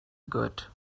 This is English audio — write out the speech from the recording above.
good